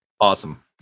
Awesome